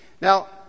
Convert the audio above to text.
Now